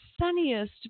sunniest